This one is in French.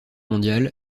mondiale